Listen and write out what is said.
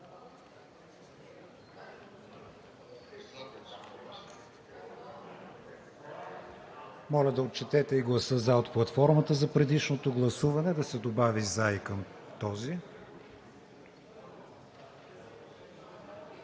Моля да отчетете и гласа за от платформата за предишното гласуване, да се добави за и към този.